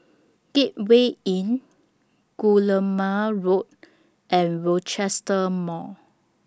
Gateway Inn Guillemard Road and Rochester Mall